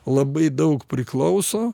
labai daug priklauso